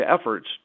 efforts